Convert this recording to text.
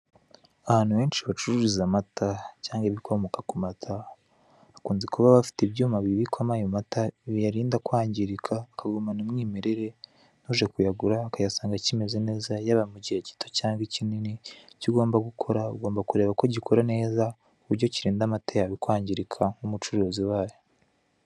Ahantu henshi bacururiza amata cyangwa ibikomoka ku mata, hakunze kuba bafite ibyuma bibikwamo ayo mata, biyarinda kwangirika, akagumana umwimerere, n'uje kuyagura akayasanga akimeze neza, yaba mu gihe gito cyangwa kinini, icyo ugomba gukora, ugomba kureba ko gikora neza, ku buryo kirinda amata yawe kwangirika, nk'umucuruzi wayo.